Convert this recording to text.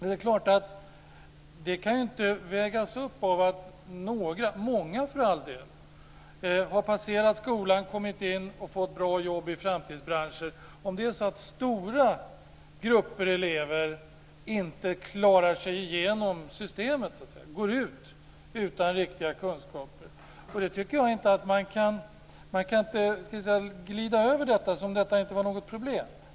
Att stora grupper elever inte klarar sig igenom systemet utan går ut utan riktiga kunskaper kan inte vägas upp av att några - för all del många - har passerat skolan och fått bra jobb i framtidsbranscher. Jag tycker inte att man kan glida över detta som om det inte var något problem.